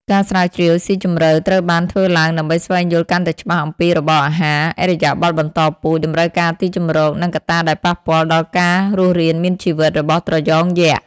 ការស្រាវជ្រាវស៊ីជម្រៅត្រូវបានធ្វើឡើងដើម្បីស្វែងយល់កាន់តែច្បាស់អំពីរបបអាហារ ឥរិយាបថបន្តពូជ តម្រូវការទីជម្រក និងកត្តាដែលប៉ះពាល់ដល់ការរស់រានមានជីវិតរបស់ត្រយងយក្ស។